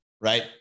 Right